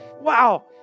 Wow